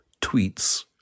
tweets